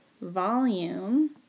volume